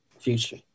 future